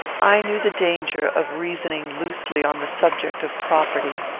i knew the danger of reasoning loosely on the subject of property.